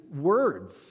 words